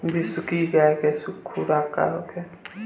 बिसुखी गाय के खुराक का होखे?